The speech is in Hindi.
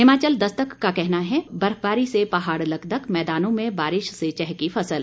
हिमाचल दस्तक का कहना है बर्फबारी से पहाड़ लकदक मैदानों में बारिश से चहकी फसल